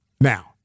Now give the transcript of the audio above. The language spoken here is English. Now